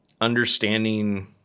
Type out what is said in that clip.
understanding